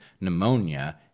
pneumonia